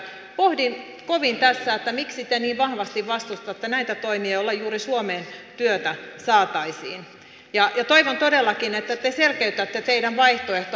pohdin kovin tässä miksi te niin vahvasti vastustatte näitä toimia joilla juuri suomeen työtä saataisiin ja toivon todellakin että te selkeytätte teidän vaihtoehtoanne